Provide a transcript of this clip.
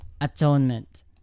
atonement